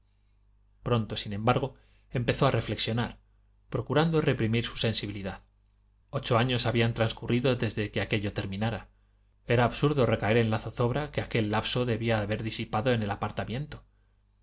pronto sin embargo empezó a reflexionar procurando reprimir su sensibilidad ocho años habían transcurrido desde que aquello terminara era absurdo recaer en la zozobra que aquel lapso debía haber disipado en el apartamiento qué